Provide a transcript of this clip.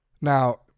Now